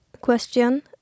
question